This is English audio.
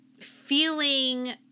feeling